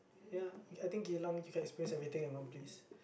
ya I think Geylang you can experience everything at one place